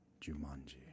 Jumanji